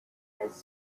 has